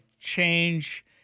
change